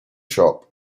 shop